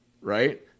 right